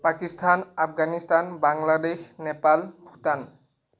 Pakistan Afghanistan Bangladesh Nepal Bhutan